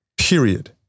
Period